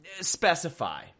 specify